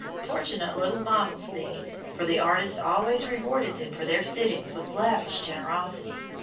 fortunate little models, these for the artist always rewarded them for their sittings with lavish generosity.